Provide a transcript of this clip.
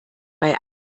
bei